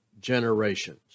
generations